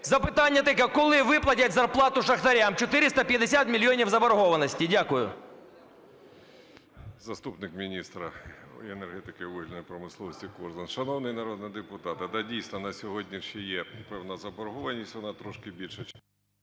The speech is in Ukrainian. Запитання таке: коли виплатять зарплату шахтарям, 450 мільйонів заборгованості? Дякую. 11:00:53 КОРЗУН А.В. Заступник міністра енергетики і вугільної промисловості Корзун. Шановні народні депутати, да, дійсно, на сьогодні ще є певна заборгованість, вона трошки більше